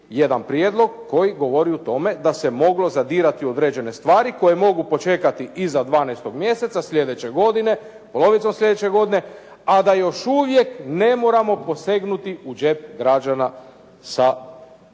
jedan prijedlog koji govori o tome da se moglo zadirati u određene stvari koje mogu počekati iza 12. mjeseca slijedeće godine, polovicom slijedeće godine, a da još uvijek ne moramo posegnuti u džep građana sa porezom.